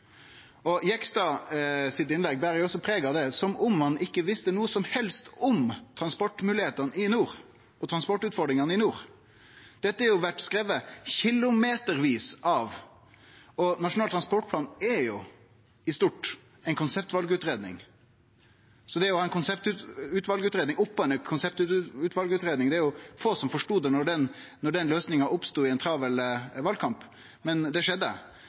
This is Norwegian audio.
også preg av det – som om han ikkje visste noko som helst om transportmoglegheitene og transportutfordringane i nord. Dette har det vore skrive kilometervis om. Nasjonal transportplan er jo i stort ei konseptvalutgreiing. Så det å ha ei konseptvalutgreiing oppå ei konseptvalutgreiing – det var få som forstod det da den løysinga oppstod i ein travel valkamp, men det skjedde.